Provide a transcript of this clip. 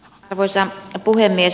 arvoisa puhemies